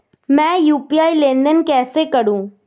मैं यू.पी.आई लेनदेन कैसे करूँ?